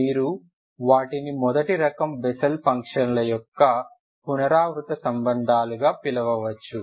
మీరు వాటిని మొదటి రకం బెస్సెల్ ఫంక్షన్ల యొక్క పునరావృత సంబంధాలుగా పిలవవచ్చు